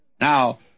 Now